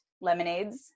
lemonades